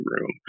room